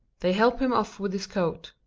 they help him off with his coat.